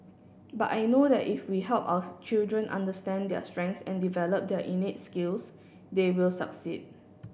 but I know that if we help our children understand their strengths and develop their innate skills they will succeed